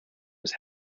was